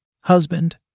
Husband